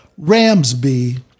Ramsby